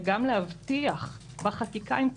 וגם להבטיח בחקיקה אם צריך,